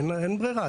אין ברירה.